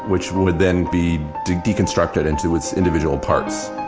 which would then be deconstructed into its individual parts.